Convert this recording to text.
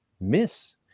miss